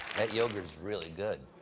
that yogurt is really good.